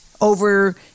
over